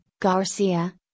Garcia